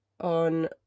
on